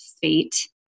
fate